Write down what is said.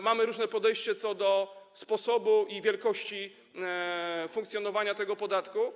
Mamy różne podejście co do sposobu i wielkości funkcjonowania tego podatku.